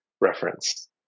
reference